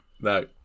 No